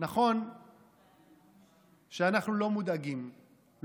נכון שאנחנו לא מודאגים,